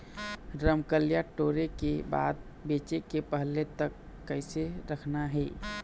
रमकलिया टोरे के बाद बेंचे के पहले तक कइसे रखना हे?